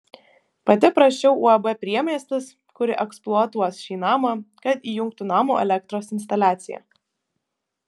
pati prašiau uab priemiestis kuri eksploatuos šį namą kad įjungtų namo elektros instaliaciją